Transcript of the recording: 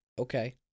Okay